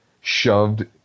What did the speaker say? shoved